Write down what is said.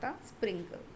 sprinkle